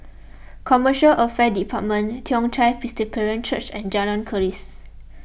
Commercial Affairs Department Toong Chai Presbyterian Church and Jalan Keris